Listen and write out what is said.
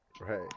right